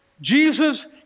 Jesus